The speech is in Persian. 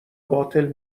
باطل